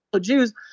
jews